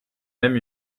même